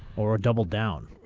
or double down.